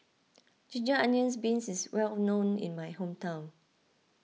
Ginger Onions Beef is well known in my hometown